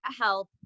health